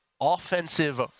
offensive